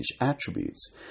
attributes